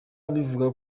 bivuga